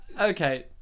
okay